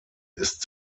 ist